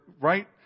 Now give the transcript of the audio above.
right